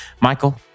Michael